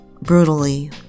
brutally